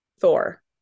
Thor